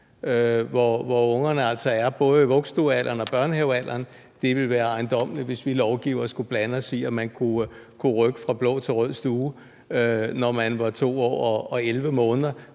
hvor ungerne altså både er i vuggestuealderen og børnehavealderen, for det ville være ejendommeligt, hvis vi lovgivere skulle blande os i, om barnet kunne rykke fra blå til rød stue, når barnet var 2 år og 11 måneder,